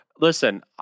Listen